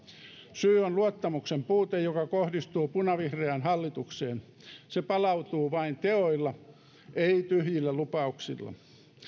syy on luottamuksen puute joka kohdistuu punavihreään hallitukseen se palautuu vain teoilla ei tyhjillä lupauksilla